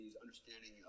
understanding